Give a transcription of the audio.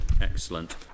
Excellent